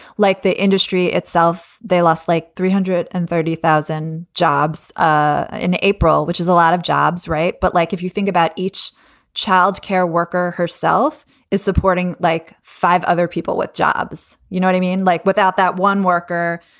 like the industry itself, they lost like three hundred and thirty thousand jobs ah in april, which is a lot of jobs. right. but like, if you think about each child care worker herself is supporting like five other people with jobs, you know, i mean, like without that one worker,